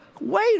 wait